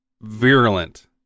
virulent